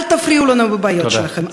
אל תפריעו לנו בבעיות שלכם,